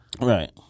Right